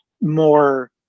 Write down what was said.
more